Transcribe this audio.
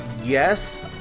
Yes